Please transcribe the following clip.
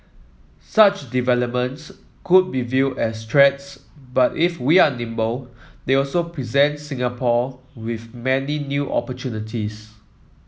such developments could be view as threats but if we are nimble they also present Singapore with many new opportunities